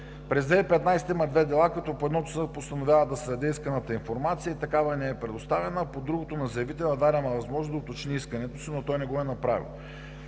През 2015 г. има две дела, като по едното съдът се постановява да се даде исканата информация и такава не е предоставена, а по другото на заявителя е дадена възможност да уточни искането си, но той не го е направил.